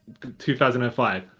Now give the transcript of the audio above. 2005